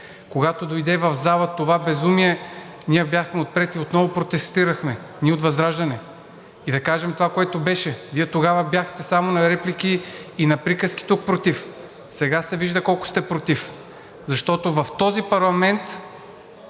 Когато дойде в залата това безумие, ние бяхме отпред и отново протестирахме – ние от ВЪЗРАЖДАНЕ. Да кажем това, което беше – Вие тогава бяхте само на реплики и на приказки тук против. Сега се вижда колко сте против, защото в този парламент